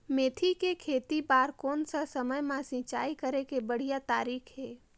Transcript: मेथी के खेती बार कोन सा समय मां सिंचाई करे के बढ़िया तारीक हे?